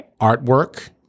artwork